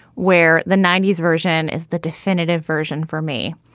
where the ninety s version is the definitive version for me.